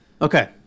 Okay